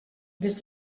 des